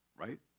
Right